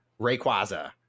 Rayquaza